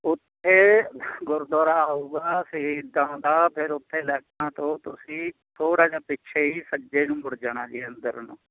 ਉੱਥੇ ਗੁਰਦੁਆਰਾ ਆਊਗਾ ਸ਼ਹੀਦਾਂ ਦਾ ਫਿਰ ਉੱਥੇ ਲਾਈਟਾਂ ਤੋਂ ਤੁਸੀਂ ਥੋੜ੍ਹਾ ਜਿਹਾ ਪਿੱਛੇ ਹੀ ਸੱਜੇ ਨੂੰ ਮੁੜ ਜਾਣਾ ਜੀ ਅੰਦਰ ਨੂੰ